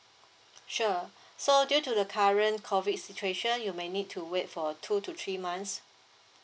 sure so due to the current COVID situation you may need to wait for two to three months